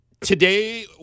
Today